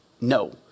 no